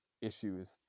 issues